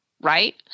Right